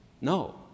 no